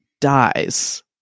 dies